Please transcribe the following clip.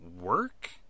work